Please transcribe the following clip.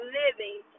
living